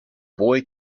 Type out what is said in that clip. boy